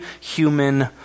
human